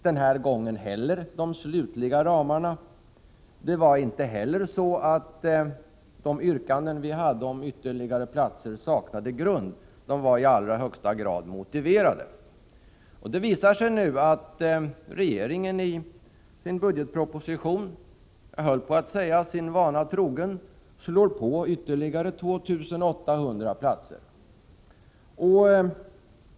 Det handlade inte alls om de slutliga ramarna. Yrkandena som vi hade om ytterligare platser saknade inte alls grund -— de var i allra högsta grad motiverade. Det visar sig nu att regeringen i budgetpropositionen slår på med ytterligare platser — jag vill säga sin vana trogen. Det rör sig närmare bestämt om 2 800 platser.